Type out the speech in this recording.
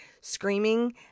screaming